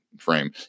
Frame